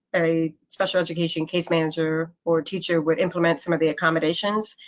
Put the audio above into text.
a special education case manager or teacher would implement some of the accommodations,